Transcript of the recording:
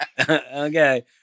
Okay